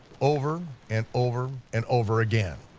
over, and over, and over again.